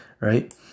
right